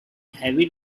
heavy